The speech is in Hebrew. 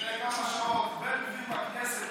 לפני כמה שעות: בן גביר בכנסת.